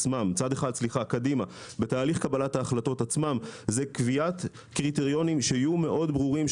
קדימה בתהליך קבלת ההחלטות זה קביעת קריטריונים שיהיו ברורים מאוד,